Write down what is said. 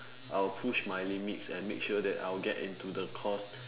I'll push my limits and make sure that I will get into the course